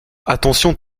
attention